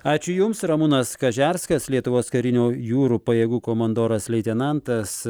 ačiū jums ramūnas kažerskas lietuvos karinių jūrų pajėgų komandoras leitenantas